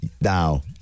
Now